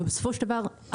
אבל בסופו של דבר,